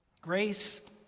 Grace